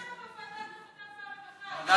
כן.